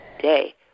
day